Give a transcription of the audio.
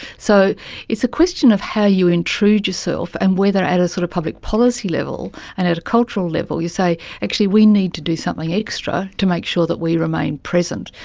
so it's a question of how you intrude yourself and whether at a sort of public policy level and at a cultural level you say actually we need to do something extra to make sure that we remain present.